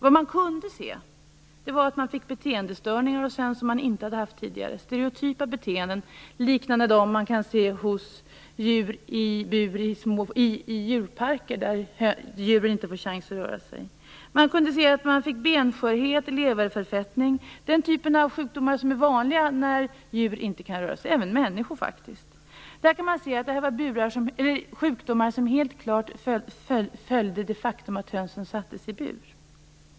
Vad man kunde se var att hönsen fick beteendestörningar som de inte hade haft tidigare - stereotypa beteenden liknande dem man kan se hos djur i djurparker där djuren inte får chans att röra sig. Hönsen fick benskörhet och leverförfettning, den typ av sjukdomar som är vanliga när djur, faktiskt även människor, inte kan röra sig. Det var sjukdomar som helt klart följde av det faktum att hönsen sattes i bur.